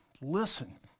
listen